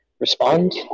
Respond